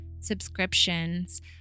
subscriptions